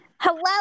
Hello